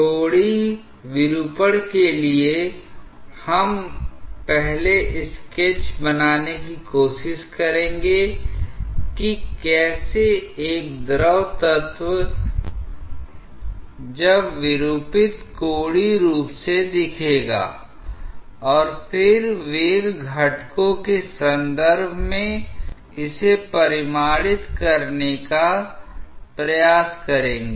कोणीय विरूपण के लिए हम पहले स्केच बनाने की कोशिश करेंगे कि कैसे एक द्रव तत्व जब विरूपित कोणीय रूप से दिखेगा और फिर वेग घटकों के संदर्भ में इसे परिमाणित करने का प्रयास करेंगे